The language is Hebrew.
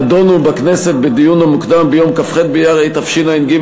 נדונו בכנסת בדיון המוקדם ביום כ"ח באייר תשע"ג,